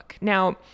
Now